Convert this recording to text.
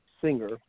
singer